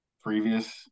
previous